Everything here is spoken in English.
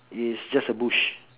is just a bush